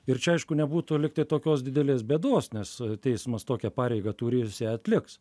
ir čia aišku nebūtų lyg tai tokios didelės bėdos nes teismas tokią pareigą turi ir jisai ją atliks